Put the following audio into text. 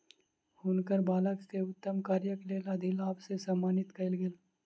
हुनकर बालक के उत्तम कार्यक लेल अधिलाभ से सम्मानित कयल गेल